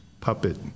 puppet